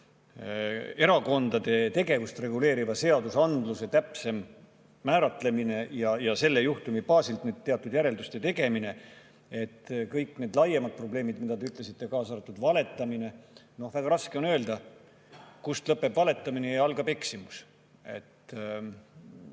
erakondade tegevust reguleeriva seadusandluse täpsem määratlemine ja selle juhtumi baasilt teatud järelduste tegemine. Kõik need laiemad probleemid, mida te ütlesite, kaasa arvatud valetamine … Väga raske on öelda, kus lõpeb valetamine ja algab eksimus.